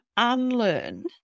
unlearn